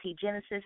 Genesis